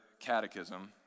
Catechism